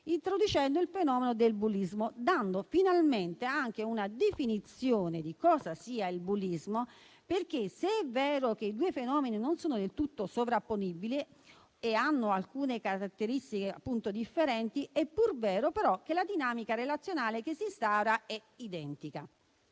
introducendo il fenomeno del bullismo, dando finalmente anche una definizione di cosa sia il bullismo, perché se è vero che i due fenomeni non sono del tutto sovrapponibili e hanno alcune caratteristiche, appunto, differenti, è pur vero che la dinamica relazionale che si instaura è identica.